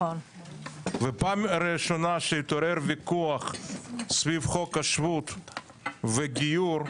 פעם ראשונה כאשר התעורר ויכוח סביב חוק השבות וגיור,